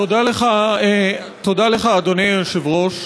תודה לך, אדוני היושב-ראש.